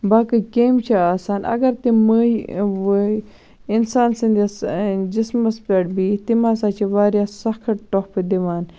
باقٕے کیٚمۍ چھِ آسان اَگَر تِم مٔہۍ ؤہۍ اِنسان سٕنٛدٕس جِسمَس پٮ۪ٹھ بیٖٹھ تِم ہَسا چھِ واریاہ سخت ٹۄپھِ دِوان